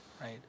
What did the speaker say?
right